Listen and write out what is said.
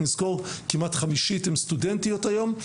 נזכור שכמעט חמישית ממשרתות המילואים הם סטודנטיות היום.